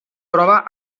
prova